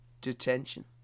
Detention